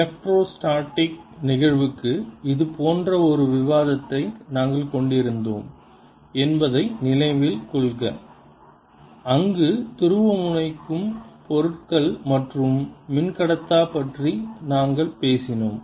electrostatic நிகழ்வுக்கு இதுபோன்ற ஒரு விவாதத்தை நாங்கள் கொண்டிருந்தோம் என்பதை நினைவில் கொள்க அங்கு துருவமுனைக்கும் பொருட்கள் மற்றும் மின்கடத்தா பற்றி நாங்கள் பேசினோம்